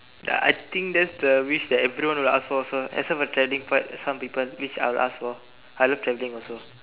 I think that's the wish that everyone will ask for also except for the traveling part for some people which I will ask for I love traveling also